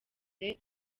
the